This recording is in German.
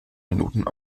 minuten